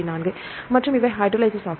4 மற்றும் இவை ஹைட்ரோலேஸ்கள் ஆகும்